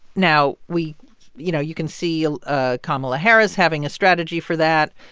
now, we you know, you can see ah kamala harris having a strategy for that.